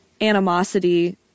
animosity